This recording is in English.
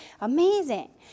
Amazing